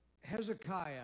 Hezekiah